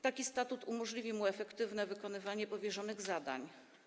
Taki statut umożliwi mu efektywne wykonywanie powierzonych zadań.